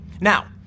Now